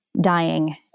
dying